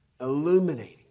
illuminating